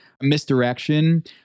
misdirection